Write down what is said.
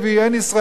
אין מורה,